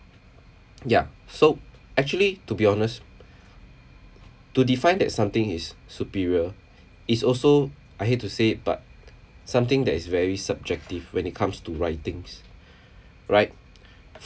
ya so actually to be honest to define that something is superior is also I hate to say it but something that is very subjective when it comes to writings right